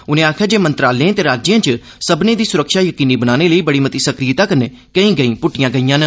उनें आखेआ जे मंत्रालयें ते राज्यें च सब्मनें दी सुरक्षा यकीनी बनाने लेई बड़ी मती सक्रियता कन्नै कोई गैई पुट्टियां गेईआं न